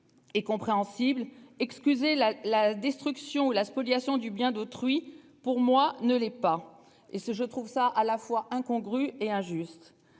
Et compréhensible, excusez la la destruction ou la spoliation du bien d'autrui pour moi ne l'est pas et ce je trouve ça à la fois incongru et injuste.